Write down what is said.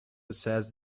says